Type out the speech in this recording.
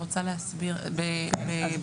צו